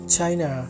China